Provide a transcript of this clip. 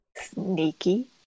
Sneaky